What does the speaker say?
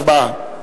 בבקשה.